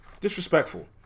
Disrespectful